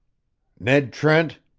ned trent,